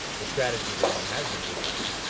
the strategy that he has been pursuing,